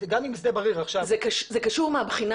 גם אם שדה בריר עכשיו --- זה קשור מהבחינה